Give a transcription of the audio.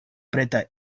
preta